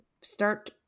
start